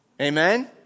Amen